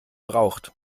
braucht